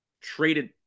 traded